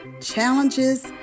challenges